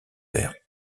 verts